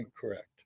correct